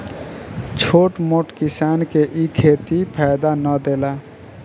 छोट मोट किसान के इ खेती फायदा ना देला